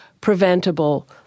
preventable